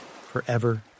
forever